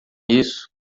isso